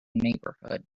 neighborhood